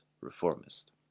reformist